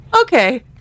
Okay